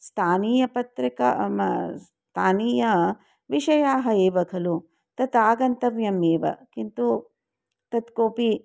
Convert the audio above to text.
स्थानीयपत्रिका स्थानीयविषयाः एव खलु तत् आगन्तव्यम् एव किन्तु तत् कोपि